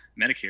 Medicare